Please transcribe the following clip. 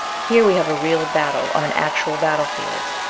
here we have a real battle on an actual battle-field.